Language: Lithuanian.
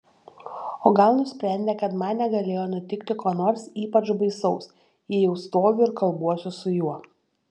o gal nusprendė kad man negalėjo nutikti ko nors ypač baisaus jei jau stoviu ir kalbuosi su juo